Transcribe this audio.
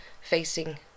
facing